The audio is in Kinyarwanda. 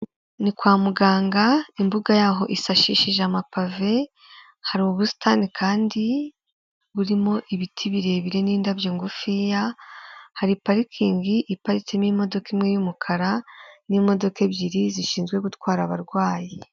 Ni kwa muganga imbuga yaho isashishije amapave hari ubusitani kandi burimo ibiti birebire n'indabyo ngufi ya hari parikingi iparitsemo imodoka imwe y'umukara n'imodoka ebyiri zishinzwe gutwara abarwayi.